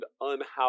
unhoused